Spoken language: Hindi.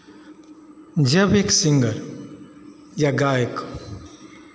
जब एक सिंगर या गायक